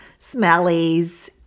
smellies